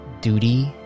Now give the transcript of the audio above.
duty